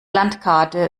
landkarte